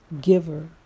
giver